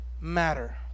matter